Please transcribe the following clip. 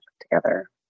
together